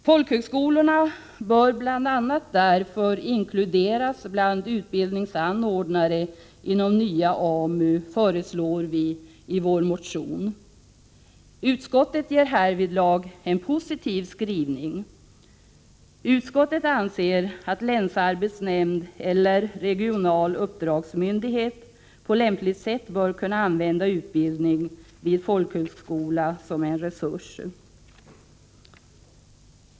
Folkhögskolorna bör bl.a. därför inkluderas bland utbildningsanordnare inom nya AMU, föreslår vi i vår motion. Utskottet gör härvidlag en positiv skrivning. Utskottet anser att länsarbetsnämnd eller regional uppdragsmyndighet på lämpligt sätt bör kunna använda utbildning vid folkhögskola som en resurs.